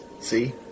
See